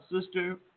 Sister